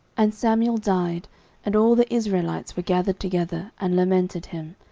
and samuel died and all the israelites were gathered together, and lamented him,